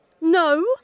No